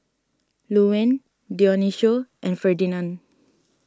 Luanne Dionicio and Ferdinand